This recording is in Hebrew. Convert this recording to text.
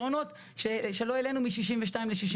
הגירעונות שנוצרו כי לא העלינו מ-62 ל-64.